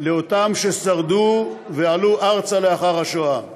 למי ששרדו ועלו ארצה לאחר השואה.